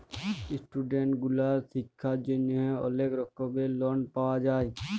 student গুলার শিক্ষার জন্হে অলেক রকম লন পাওয়া যায়